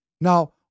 Now